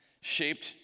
shaped